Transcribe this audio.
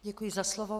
Děkuji za slovo.